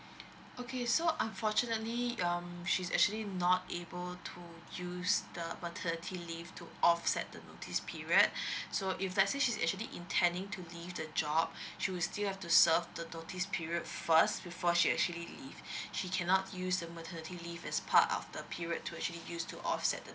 okay so unfortunately um she's actually not able to use the maternity leave to offset the notice period so if let's say she's actually intending to leave the job she will still have to serve the notice period first before she actually leave she cannot use the maternity leave as part of the period to actually used to offset the